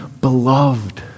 Beloved